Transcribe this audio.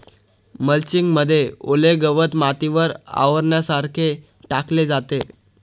mulching मध्ये ओले गवत मातीवर आवरणासारखे टाकले जाते